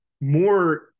more